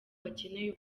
bacyeneye